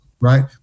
right